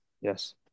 Yes